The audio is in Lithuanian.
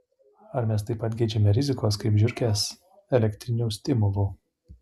ar mes taip pat geidžiame rizikos kaip žiurkės elektrinių stimulų